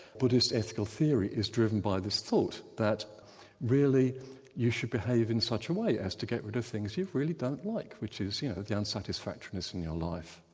buddhist ethical theory is driven by this thought that really you should behave in such a way as to get rid of things you really don't like, which is you know the unsatisfactoriness in your life.